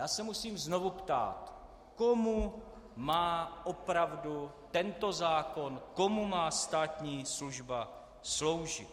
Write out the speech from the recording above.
Já se musím znovu ptát: Komu má opravdu tento zákon, komu má státní služba sloužit?